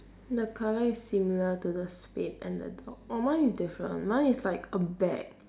the colour is similar to the spade and the dog oh mine is different mine is like a bag